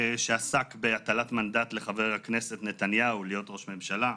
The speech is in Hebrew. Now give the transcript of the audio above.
שעסק בהטלת מנדט לחבר הכנסת נתניהו להיות ראש ממשלה,